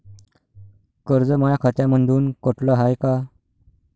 कर्ज माया खात्यामंधून कटलं हाय का?